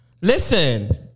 Listen